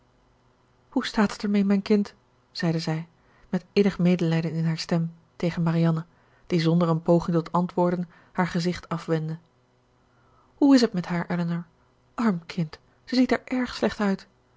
hoe staat het ermee mijn kind zeide zij met innig medelijden in haar stem tegen marianne die zonder een poging tot antwoorden haar gezicht afwendde hoe is t met haar elinor arm kind ze ziet er erg slecht uit